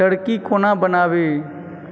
Turkey कोना बनाबी